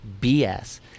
BS